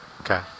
Okay